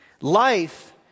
Life